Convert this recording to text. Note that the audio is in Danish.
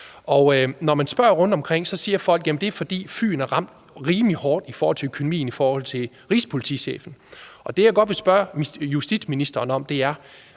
Når man spørger rundtomkring, siger folk, at det er, fordi Fyn er ramt rimelig hårdt på økonomien i forhold til rigspolitichefen, og det, jeg godt vil spørge justitsministeren om, er,